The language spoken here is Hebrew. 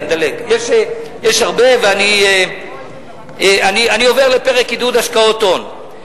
יש הרבה, ואני עובר לפרק עידוד השקעות הון,